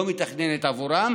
היא לא מתכננת בעבורם,